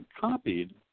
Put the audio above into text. copied